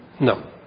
No